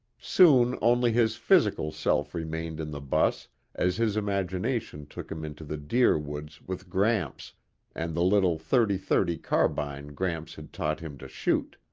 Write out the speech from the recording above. soon only his physical self remained in the bus as his imagination took him into the deer woods with gramps and the little thirty-thirty carbine gramps had taught him to shoot.